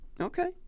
Okay